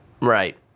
Right